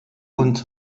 und